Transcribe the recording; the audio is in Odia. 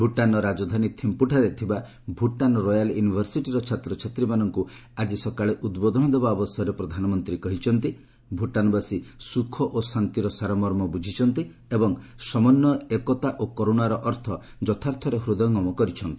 ଭୁଟାନ୍ର ରାଜଧାନୀ ଥିମ୍ପୁଠାରେ ଥିବା ଭୁଟାନ୍ ରୟାଲ୍ ୟୁନିଭର୍ସିଟିର ଛାତ୍ରଛାତ୍ରୀମାନଙ୍କୁ ଆଜି ସକାଳେ ଉଦ୍ବୋଧନ ଦେବା ଅବସରରେ ପ୍ରଧାନମନ୍ତ୍ରୀ କହିଛନ୍ତି ଯେ ଭୁଟାନ୍ବାସୀ ସୁଖ ଓ ଶାନ୍ତିର ସାରମର୍ମ ବୁଝିଛନ୍ତି ଏବଂ ସମନ୍ୱୟ ଏକତା ଓ କରୁଣାର ଅର୍ଥ ଯଥାର୍ଥରେ ହୃଦୟଙ୍ଗମ କରିଛନ୍ତି